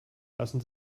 lassen